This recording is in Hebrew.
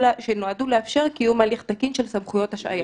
שנועדו לאפשר קיום הליך תקין של סמכויות השעיה.